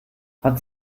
hat